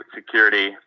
security